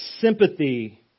sympathy